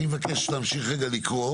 אני מבקש להמשיך רגע לקרוא